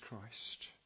Christ